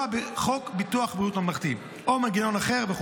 בחוק ביטוח בריאות ממלכתי או מנגנון אחר.